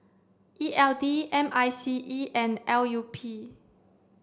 E L D M I C E and L U P